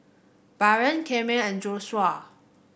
Baron Akeem and Joshua